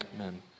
Amen